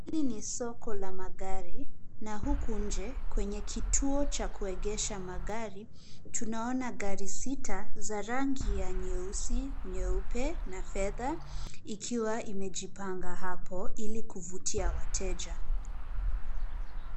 Hii ni soko la magari na huku nje kwenye kituo cha kuegesha magari tunaona gari sita za rangi ya nyeusi, nyeupe na fedha ikiwa imejipanga hapo ili kuvutia wateja.